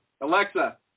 Alexa